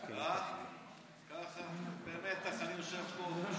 ככה במתח אני יושב פה.